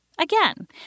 Again